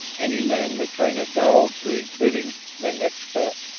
any man may train a dog to his bidding! menlik spat.